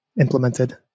implemented